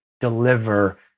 deliver